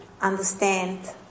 understand